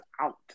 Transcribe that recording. out